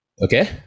Okay